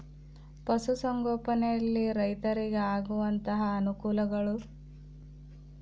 ಪಶುಸಂಗೋಪನೆಯಲ್ಲಿ ರೈತರಿಗೆ ಆಗುವಂತಹ ಅನುಕೂಲಗಳು?